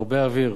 הרבה אוויר,